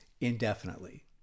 indefinitely